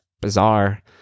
bizarre